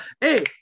Hey